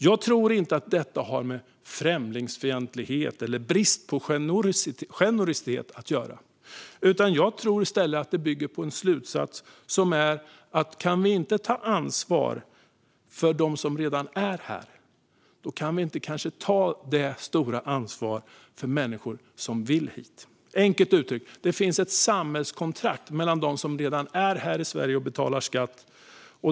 Jag tror inte att detta har med främlingsfientlighet eller brist på generositet att göra. Jag tror i stället att det bygger på slutsatsen att om vi inte kan ta ansvar för dem som redan är här kan vi kanske inte ta samma stora ansvar för människor som vill komma hit. Enkelt uttryckt: Det finns ett samhällskontrakt mellan dem som redan bor här i Sverige och betalar skatt.